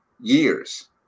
years